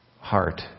Heart